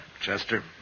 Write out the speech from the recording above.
Chester